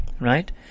right